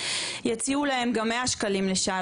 יציעו להם גם 100 שקלים לשעה,